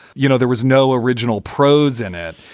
you know, there was no original prose in it.